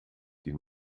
den